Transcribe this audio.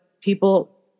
people